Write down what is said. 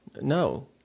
No